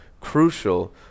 crucial